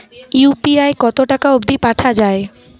UPI কতো টাকা অব্দি পাঠা যায়?